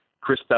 Chris